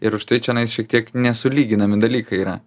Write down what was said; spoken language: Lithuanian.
ir už tai čionais šiek tiek nesulyginami dalykai yra